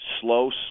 slow